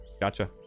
Gotcha